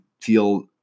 feel